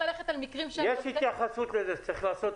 יש התייחסות לזה שצריך לעשות